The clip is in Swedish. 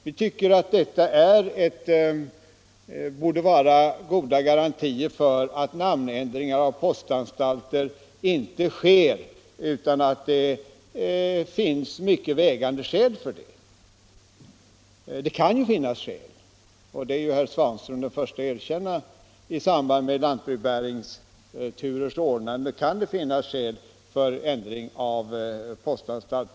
Vi tycker att detta borde vara goda garantier för att namnändringar avseende postanstalter inte sker utan att det finns mycket vägande skäl för det. Det kan ju finnas sådana skäl, och det är herr Svanström den förste att erkänna. I samband med lantbrevbäringsturers ordnande kan det vara motiverat med en ändring av postanstalts namn.